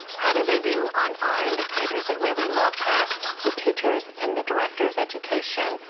how did they do on our indicators that really look at the teachers and the directors' education,